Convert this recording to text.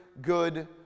good